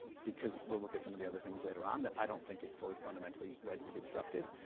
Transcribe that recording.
because, we'll look at some of the other things later on that i don't think it's fully fundamentally ready to be disrupted.